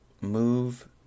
move